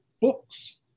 books